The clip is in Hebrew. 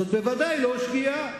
זאת בוודאי לא שגיאה.